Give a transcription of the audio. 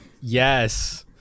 Yes